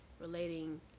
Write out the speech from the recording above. relating